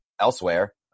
elsewhere